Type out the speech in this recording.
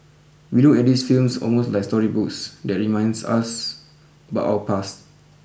we look at these films almost like storybooks that reminds us about our past